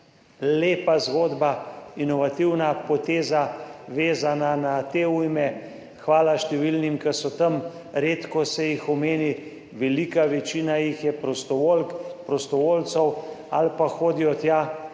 Lepa zgodba, inovativna poteza, vezana na te ujme, hvala številnim, ki so tam, redko se jih omeni, velika večina jih je prostovoljk, prostovoljcev ali pa hodijo tja